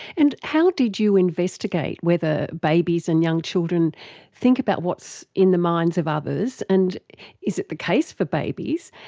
and how did you investigate whether ah babies and young children think about what's in the minds of others, and is it the case for babies?